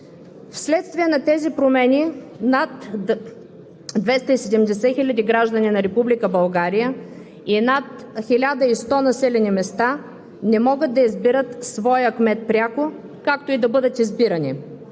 Вследствие на тези промени над 270 хиляди граждани на Република България и над 1100 населени места не могат да избират своя кмет пряко, както и да бъдат избирани.